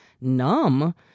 numb